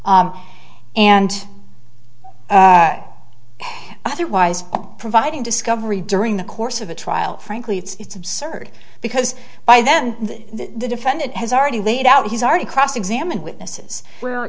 and otherwise providing discovery during the course of the trial frankly it's absurd because by then the defendant has already laid out he's already cross examine witnesses where